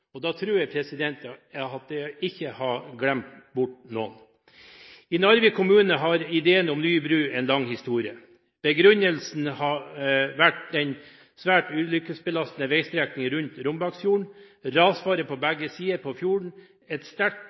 nivå. Da tror jeg ikke jeg har glemt noen. I Narvik kommune har ideen om ny bru en lang historie. Begrunnelsen har vært den svært ulykkesbelastede veistrekningen rundt Rombaksfjorden, rasfare på begge sider av fjorden, en sterkt